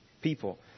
people